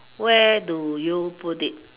where do you put it